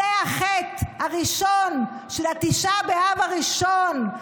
זה החטא הראשון של תשעה באב הראשון,